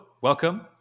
Welcome